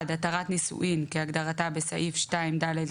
אני רוצה לומר שהתקשרו אליי, אני מניחה שגם אליך.